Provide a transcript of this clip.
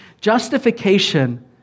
Justification